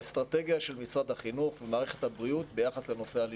באסטרטגיה של משרד החינוך ומערכת הבריאות ביחס לנושא הלימודים.